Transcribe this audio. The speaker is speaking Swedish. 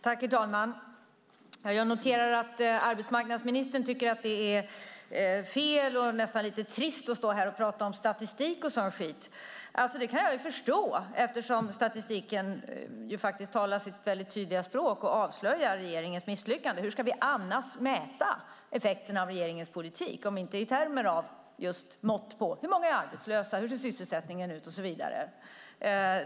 Herr talman! Jag noterar att arbetsmarknadsministern tycker att det är fel och nästan lite trist att stå här och prata om statistik och sådan skit. Det kan jag förstå eftersom statistiken talar sitt tydliga språk och avslöjar regeringens misslyckande. Hur ska vi annars mäta effekterna av regeringens politik om inte i termer av mått på hur många som är arbetslösa, hur sysselsättningen ser ut och så vidare?